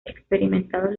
experimentados